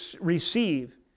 receive